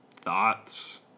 thoughts